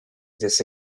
this